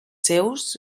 seus